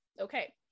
Okay